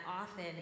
often